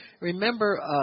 Remember